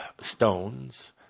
stones